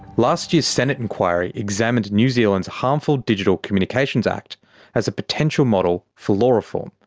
last year's senate inquiry examined new zealand's harmful digital communications act as a potential model for law reform.